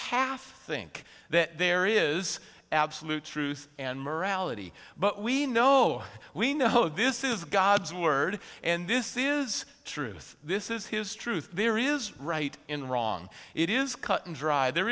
half think that there is absolute truth and morality but we know we know this is god's word and this is truth this is his truth there is right in wrong it is cut and dry there